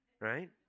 right